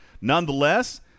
Nonetheless